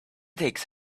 takes